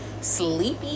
sleepy